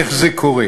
איך זה קורה.